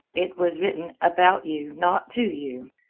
it was written about you, not to you.